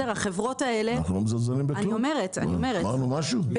באת לכאן מההיי-טק?